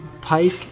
Pike